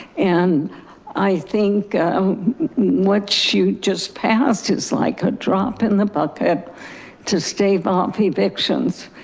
and i think what she just passed, it's like a drop in the bucket to stave off evictions.